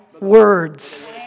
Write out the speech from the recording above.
words